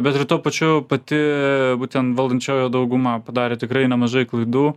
bet ir tuo pačiu pati būtent valdančioji dauguma padarė tikrai nemažai klaidų